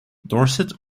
dorset